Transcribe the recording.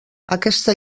aquesta